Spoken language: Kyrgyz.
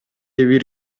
бир